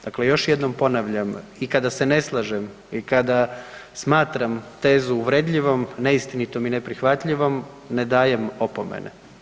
Dakle još jednom ponavljam, i kada se ne slažem i kada smatram tezu uvredljivom, neistinitom i neprihvatljivom, ne dajem opomene.